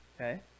Okay